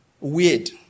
weird